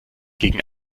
gegen